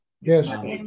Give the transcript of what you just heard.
yes